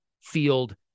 field